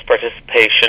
participation